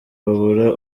babura